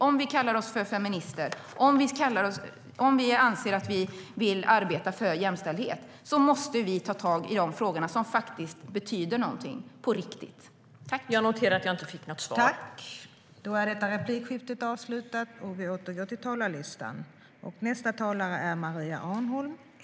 Om vi kallar oss för feminister och om vi anser att vi vill arbeta för jämställdhet måste vi ta tag i de frågor som betyder någonting på riktigt.